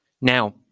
Now